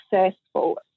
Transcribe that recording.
successful